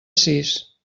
sis